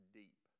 deep